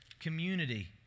Community